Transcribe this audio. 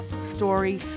story